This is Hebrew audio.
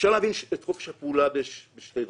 אפשר להבין את חופש הפעולה בשתי דרכים.